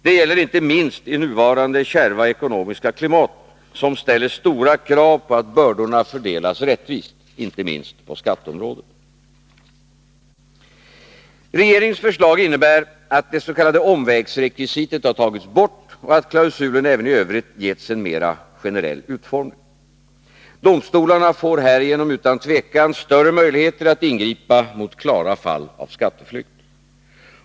Detta gäller inte minst i nuvarande kärva ekonomiska klimat, som ställer stora krav på att bördorna fördelas rättvist, inte minst på skatteområdet. Regeringens förslag innebär att det s.k. omvägsrekvisitet tagits bort och att klausulen även i övrigt getts en mer generell utformning. Domstolarna får härigenom utan tvivel större möjligheter att ingripa mot klara fall av skatteflykt.